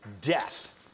death